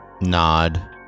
nod